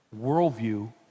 worldview